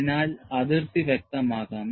അതിനാൽ അതിർത്തി വ്യക്തമാക്കാം